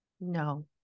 no